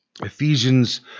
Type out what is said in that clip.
Ephesians